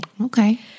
Okay